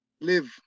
live